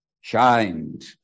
shined